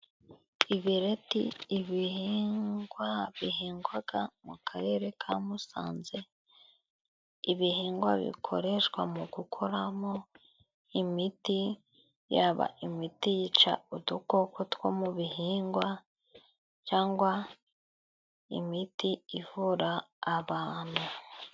Ibireti ibihingwa bihingwaga mu karere ka Musanze, ibihingwa bikoreshwa mu gukoramo imiti, yaba imiti yica udukoko two mu bihingwa, cyangwa imiti ivura abantu.